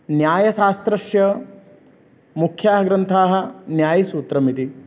न्यायशास्त्रस्य मुख्याः ग्रन्थाः न्यायसूत्रम् इति